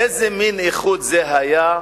איזה מין איחוד זה היה,